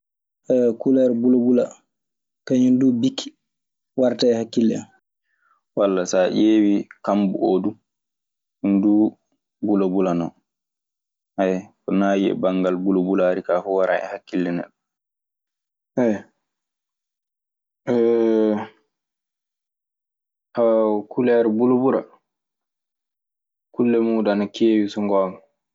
kuleer bulabula kañun duu bikki warta e hakkille an. Walla so a ƴeewii kambu oo du. Ndu bulabula non. ko naayi e bangal bulabulaari kaa fuu waran e hakkille neɗɗo. Kuleer bulabula kulle muuɗun ana keewi so ngoonga.